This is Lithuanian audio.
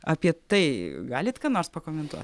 apie tai galit ką nors pakomentuot